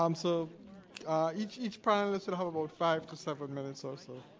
um so each each panelist will have about five to seven minutes or so.